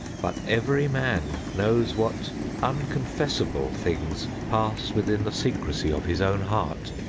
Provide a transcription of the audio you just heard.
but every man knows what unconfessable things pass within the secrecy of his own heart.